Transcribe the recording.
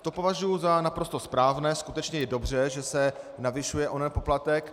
To považuji za naprosto správné, skutečně je dobře, že se navyšuje onen poplatek.